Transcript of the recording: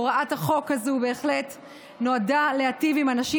הוראת החוק הזו בהחלט נועדה להיטיב עם אנשים